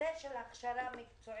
הנושא של הכשרה מקצועית